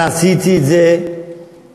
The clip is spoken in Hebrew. אני הובלתי את בניית מתקני